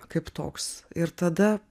kaip toks ir tada